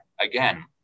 again